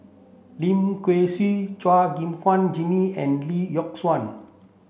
Lim Kay Siu Chua Gim Guan Jimmy and Lee Yock Suan